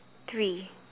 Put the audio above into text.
three